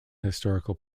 historical